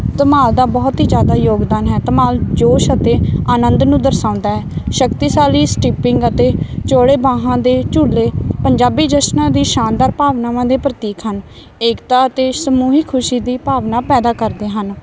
ਧਮਾਲ ਦਾ ਬਹੁਤ ਹੀ ਜਿਆਦਾ ਯੋਗਦਾਨ ਹੈ ਧਮਾਲ ਜੋਸ਼ ਅਤੇ ਆਨੰਦ ਨੂੰ ਦਰਸਾਂਦਾ ਹੈ ਸ਼ਕਤੀਸ਼ਾਲੀ ਸਟਿਪਿੰਗ ਅਤੇ ਚੋੜੇ ਬਾਹਾਂ ਦੇ ਝੂਲੇ ਪੰਜਾਬੀ ਜਸ਼ਨਾਂ ਦੀ ਸ਼ਾਨਦਾਰ ਭਾਵਨਾਵਾਂ ਦੇ ਪ੍ਰਤੀਕ ਹਨ ਏਕਤਾ ਅਤੇ ਸਮੂਹਿਕ ਖੁਸ਼ੀ ਦੀ ਭਾਵਨਾ ਪੈਦਾ ਕਰਦੇ ਹਨ